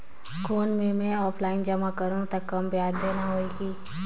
कौन मैं ऑफलाइन जमा करहूं तो कम ब्याज देना होही की?